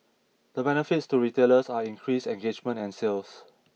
the benefits to retailers are increased engagement and sales